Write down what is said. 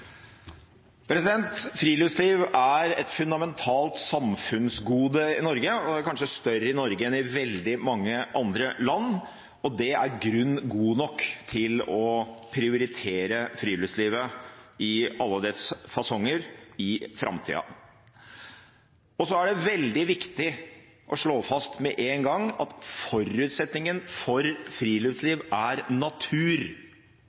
et fundamentalt samfunnsgode i Norge, kanskje større i Norge enn i veldig mange andre land, og det er grunn god nok til å prioritere friluftslivet i alle dets fasonger i framtida. Det er også veldig viktig å slå fast med en gang at forutsetningen for